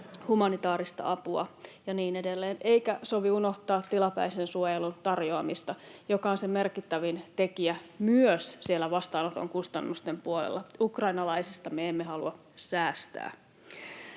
humanitaarista apua ja niin edelleen. Eikä sovi unohtaa tilapäisen suojelun tarjoamista, joka on se merkittävin tekijä myös siellä vastaanoton kustannusten puolella. Ukrainalaisista me emme halua säästää.